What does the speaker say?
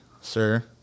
sir